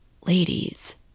Ladies